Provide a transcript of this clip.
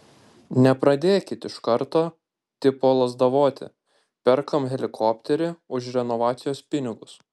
nepradėkit iš karto tipo lazdavoti perkam helikopterį už renovacijos pinigus